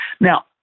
Now